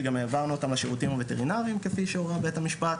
שגם העברנו אותם לשירותים הווטרינריים כפי שהורה בית המשפט.